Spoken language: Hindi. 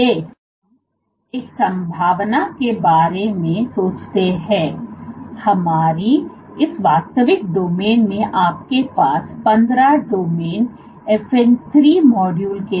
अब हम एक संभावना के बारे में सोचते हैं हमारी इस वास्तविक डोमेन में आपके पास 15 डोमेन FN 3 मॉड्यूल के थे